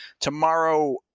tomorrow